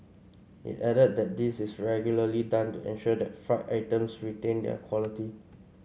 it added that this is regularly done to ensure that fried items retain their quality